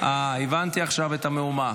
------ הבנתי עכשיו את המהומה,